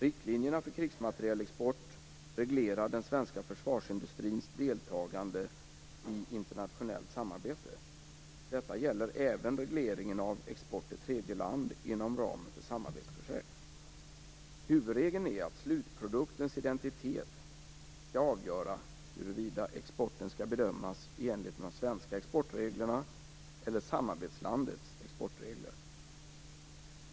Riktlinjerna för krigsmaterielexport reglerar den svenska försvarsindustrins deltagande i internationellt samarbete. Detta gäller även regleringen av export till tredje land inom ramen för samarbetsprojekt. Huvudregeln är att slutproduktens identitet skall avgöra huruvida exporten skall bedömas i enlighet med de svenska exportreglerna eller samarbetslandets exportregler.